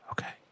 Okay